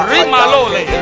Rimalole